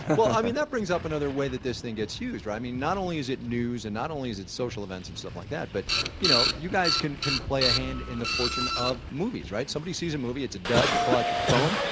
i mean, that brings up another way that this thing gets huge, right? not only is it news, and not only is it social events and stuff like that, but you know you guys can can play a hand in the fortune of movies, right? somebody sees a movie, it's a dud, you pull out your phone,